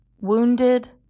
wounded